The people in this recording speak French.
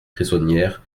prisonnières